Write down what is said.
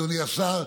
אדוני השר,